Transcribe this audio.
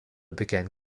began